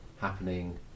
happening